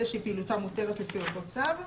אלה שפעילותם מותרת לפי אותו צו.